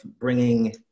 bringing